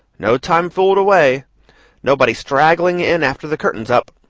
no time fooled away nobody straggling in after the curtain's up.